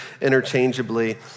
interchangeably